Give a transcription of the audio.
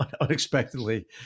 unexpectedly